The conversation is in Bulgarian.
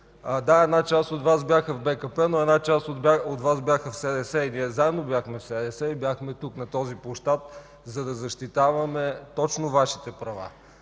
Да, една част от Вас бяха в БКП, но една част бяха в СДС, заедно бяхме в СДС и бяхме тук, но този площад, за да защитаваме точно Вашите права.